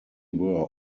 were